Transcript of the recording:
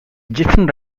egyptian